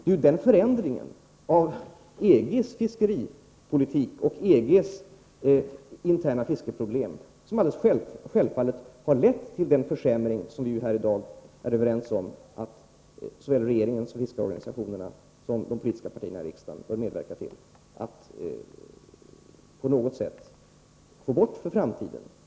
Det är den förändring av EG:s fiskeripolitik och EG:s interna fiskeproblem som lett till den försämring som vi är överens om att såväl regeringen och fiskarorganisationerna som de politiska partierna här i riksdagen bör medverka till att på något sätt undanröja för framtiden.